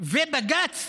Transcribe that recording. ובג"ץ